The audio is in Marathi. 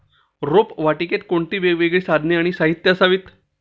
रोपवाटिकेत कोणती वेगवेगळी साधने आणि साहित्य असावीत?